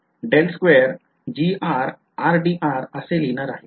तर मग मी हे असे लिहिणार आहे